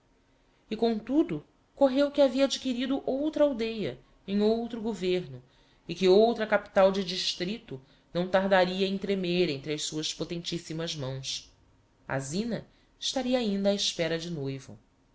e comtudo correu que havia adquirido outra aldeia em outro governo e que outra capital de districto não tardaria em tremer entre as suas potentissimas mãos a zina estaria ainda á espera de noivo